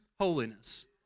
holiness